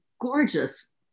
gorgeous